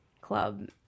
club